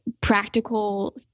practical